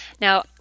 Now